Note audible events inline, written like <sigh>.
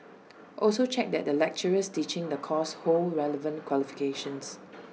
also check that <noise> the lecturers teaching the course hold relevant qualifications